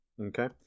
Okay